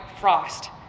frost